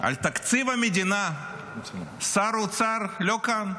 על תקציב המדינה שר האוצר לא כאן.